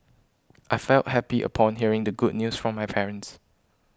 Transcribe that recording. I felt happy upon hearing the good news from my parents